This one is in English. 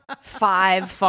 five